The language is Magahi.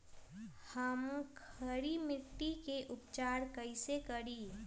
हम खड़ी मिट्टी के उपचार कईसे करी?